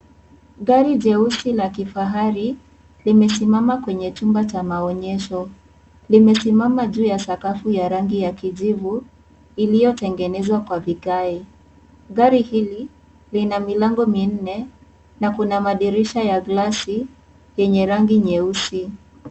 Gari jeusi la kifahari limesimama kwenye chumba cha maonyesho. Limesimamam juu ya sakafu ya rangi ya kijivu iliyotengenezwa kwa vigae. Gari hili lina milango minne na kuna madirisha ya glasi yenye rangi nyeusi.